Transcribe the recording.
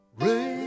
rain